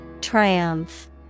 Triumph